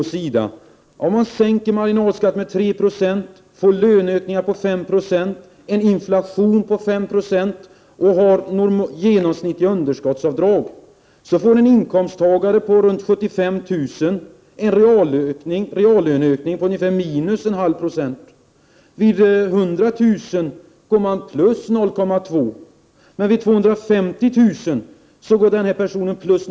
Om marginalskatten sänks med 3 90 och om vi får löneökningar på 5 97, har en inflation på 5 26 samt har genomsnittliga underskottsavdrag, får en inkomsttagare med runt 75 000 kr. i inkomst en reallöneökning på ungefär — 0,5 90. Vid 100 000 kr. blir det + 0,2 20. Vid 250 000 kr. blir det + 0,9 90.